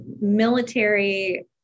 military